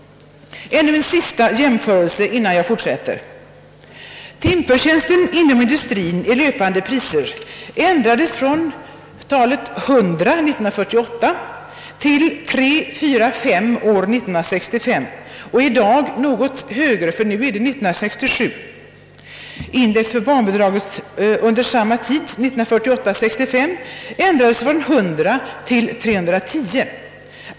Ännu en sista jämförelse, innan jag fortsätter. Timförtjänsten inom industrien i löpande priser ändrades från talet 100 år 1948 till 345 år 1965. Siffran är i dag ännu något högre, för nu är det år 1967. Index för barnbidraget ändrades under samma tid från 100 till 310.